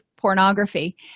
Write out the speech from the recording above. pornography